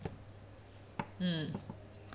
mm